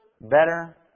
Better